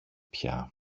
πια